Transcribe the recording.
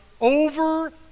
over